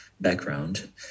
background